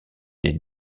des